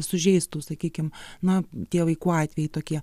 sužeistų sakykim na tie vaikų atvejai tokie